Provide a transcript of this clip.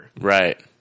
Right